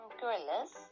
gorillas